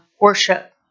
worship